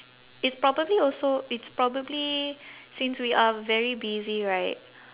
it's probably also it's probably since we are very busy right